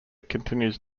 continues